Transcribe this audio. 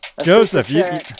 Joseph